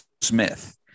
Smith